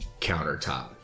countertop